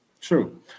True